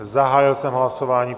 Zahájil jsem hlasování.